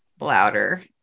louder